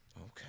Okay